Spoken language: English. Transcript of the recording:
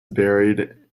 buried